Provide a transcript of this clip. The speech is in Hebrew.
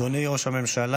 אדוני ראש הממשלה,